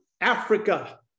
Africa